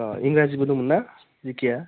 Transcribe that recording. अ इंराजिबो दंमोनना जिकेआ